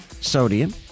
sodium